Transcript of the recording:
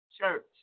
Church